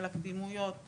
קדימויות,